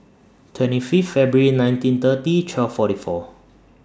twenty Fifth February nineteen thirty twelve forty four